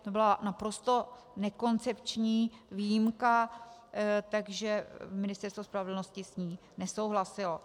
To byla naprosto nekoncepční výjimka, takže Ministerstvo spravedlnosti s ní nesouhlasilo.